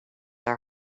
are